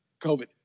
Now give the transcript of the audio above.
COVID